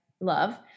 love